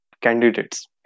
candidates